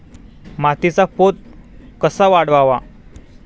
मातीचा पोत कसा वाढवावा?